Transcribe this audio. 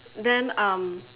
then um